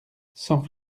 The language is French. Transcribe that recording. sans